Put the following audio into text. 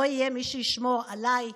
לא יהיה מי שישמור עליי,